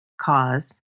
cause